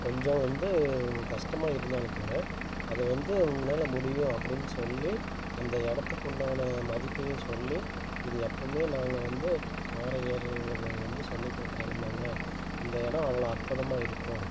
கொஞ்சம் வந்து கஷ்டமாக இருந்தாலும் கூட அதை வந்து உங்களால் முடியும் அப்படின்னு சொல்லி அந்த இடத்துக்கு உண்டான மதிப்பையும் சொல்லி இது எப்பவுமே நாங்கள் வந்து பாறை ஏறுதலில் நாங்கள் வந்து சொல்லி கொடுக்கற இடம் தாங்க இந்த இடம் அவ்வளோ அற்புதமாக இருக்கும்